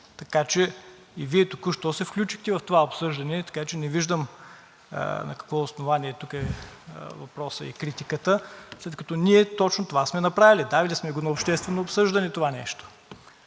Така че и Вие току-що се включихте в това обсъждане, така че не виждам на какво основание е въпросът и критиката, след като ние точно това сме направили – дали сме го на обществено обсъждане това нещо.